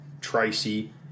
Tracy